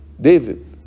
David